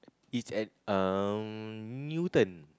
is at uh Newton